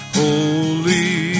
holy